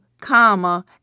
comma